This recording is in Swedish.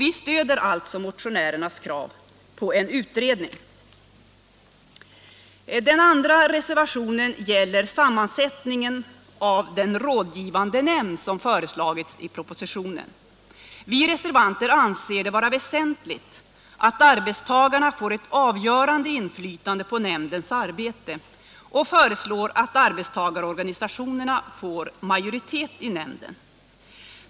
Vi stöder alltså motionärernas krav på en utredning. nämnd som föreslagits i propositionen. Vi reservanter anser det vara väsentligt att arbetstagarna får ett avgörande inflytande på nämndens arbete och föreslår att arbetstagarorganisationerna får majoritet i nämnden.